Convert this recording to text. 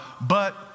but-